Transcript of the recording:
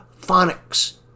phonics